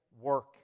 work